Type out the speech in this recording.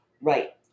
Right